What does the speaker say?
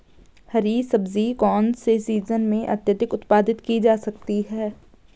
हरी सब्जी कौन से सीजन में अत्यधिक उत्पादित की जा सकती है?